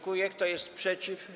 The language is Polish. Kto jest przeciw?